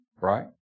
Right